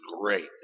great